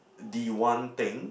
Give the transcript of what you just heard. the one thing